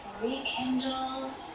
rekindles